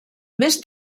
més